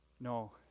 no